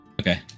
Okay